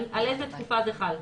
על איזה תקופה זה חל?